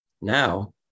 Now